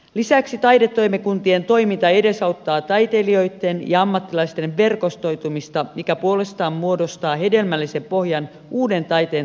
lisäksi taidetoimikuntien toiminta edesauttaa taiteilijoitten ja ammattilaisten verkostoitumista mikä puolestaan muodostaa hedelmällisen pohjan uuden taiteen tuottamiselle